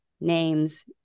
names